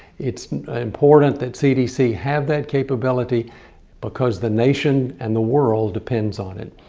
it's important that cdc have that capability because the nation and the world depends on it.